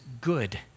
good